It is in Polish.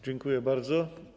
Dziękuję bardzo.